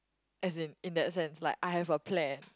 as in in that sense like I have a plan